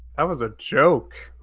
that was a joke.